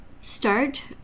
Start